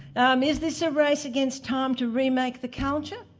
um is this a race against time to re-make the culture?